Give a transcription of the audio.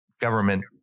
government